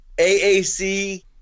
AAC